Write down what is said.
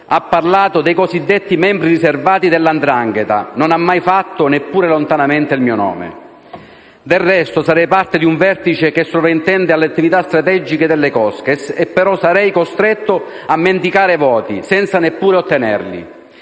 ha parlato dei cosiddetti membri "riservati" della 'ndrangheta non ha mai fatto, neppure lontanamente, il mio nome. Del resto, sarei parte di un vertice che sovraintende alle attività strategiche delle cosche e però sarei costretto a mendicare voti, senza neppure ottenerli.